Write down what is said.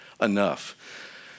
enough